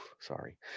sorry